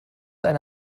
eine